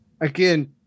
again